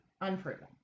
Unproven